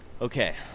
Okay